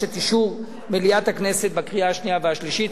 את אישור מליאת הכנסת בקריאה השנייה והשלישית.